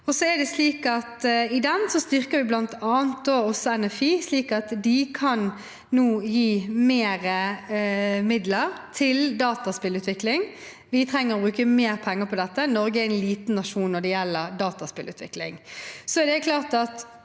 I den styrker vi bl.a. også NFI, slik at de nå kan gi mer midler til dataspillutvikling. Vi trenger å bruke mer penger på dette. Norge er en liten nasjon når det gjelder dataspillutvikling.